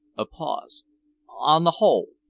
a pause on the whole,